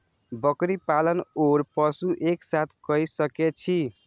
बकरी पालन ओर पशु एक साथ कई सके छी?